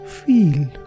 Feel